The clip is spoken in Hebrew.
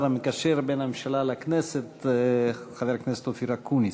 המקשר בין הממשלה לכנסת חבר הכנסת אופיר אקוניס.